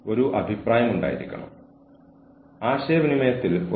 പക്ഷേ അത് നിങ്ങളുടെ സ്ഥാപനം തിരയുന്നതിനെ ആശ്രയിച്ചിരിക്കുന്നു